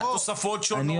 תוספות שונות.